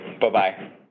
bye-bye